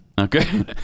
Okay